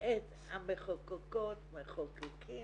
את המחוקקות, מחוקקים,